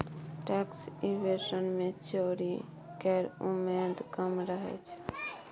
tax evasion मे चोरी केर उमेद कम रहय छै